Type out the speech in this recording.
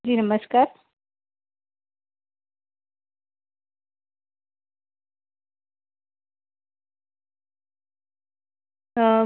જી નમસ્કાર